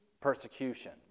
persecution